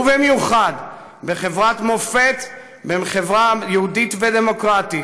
ובמיוחד, בחברת מופת, בחברה יהודית ודמוקרטית,